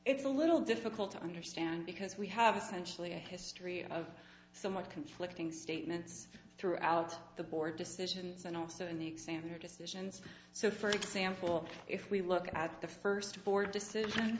it's a little difficult to understand because we have essentially a history of somewhat conflicting statements throughout the board decisions and also in the xander decisions so for example if we look at the first board decision